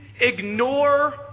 ignore